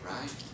right